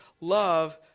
Love